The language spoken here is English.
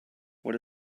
what